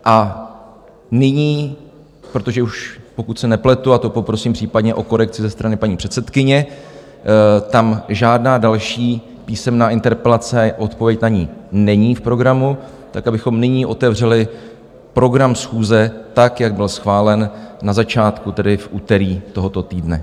A nyní, protože už pokud se nepletu, a to prosím případně o korekci ze strany paní předsedkyně tam žádná další písemná interpelace a odpověď na ni není v programu, tak abychom nyní otevřeli program schůze tak, jak byl schválen na začátku, tedy v úterý tohoto týdne.